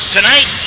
Tonight